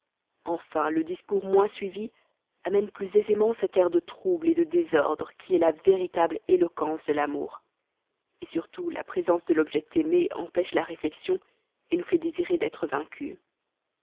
enfin le discours moins suivi amène plus aisément cet air de trouble de désordre qui est la véritable éloquence de l'amour surtout la présence de l'objet aimé empêche la réflexion nous fait désirer d'être vaincues